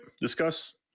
discuss